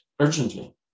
urgently